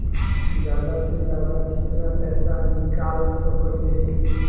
जादा से जादा कितना पैसा निकाल सकईले?